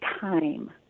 time